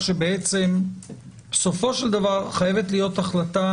שבעצם בסופו של דבר חייבת להיות החלטה